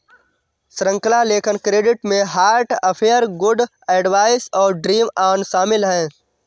श्रृंखला लेखन क्रेडिट में हार्ट अफेयर, गुड एडवाइस और ड्रीम ऑन शामिल हैं